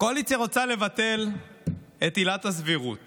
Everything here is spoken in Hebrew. הקואליציה רוצה לבטל את עילת הסבירות